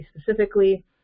specifically